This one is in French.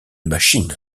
machine